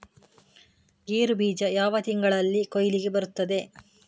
ಗೇರು ಬೀಜ ಯಾವ ತಿಂಗಳಲ್ಲಿ ಕೊಯ್ಲಿಗೆ ಬರ್ತದೆ?